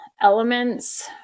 elements